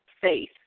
faith